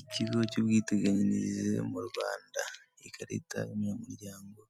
Ikigo cy'ubwiteganyirize mu Rwanda, ikarita yo mu muryango